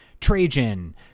trajan